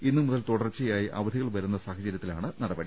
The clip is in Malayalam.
ഇന്നുമുതൽ തുടർച്ചയായി അവധികൾ വരുന്ന സാഹചര്യത്തിലാണ് നടപടി